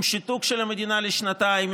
עם שיתוק של המדינה לשנתיים,